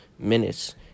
Minutes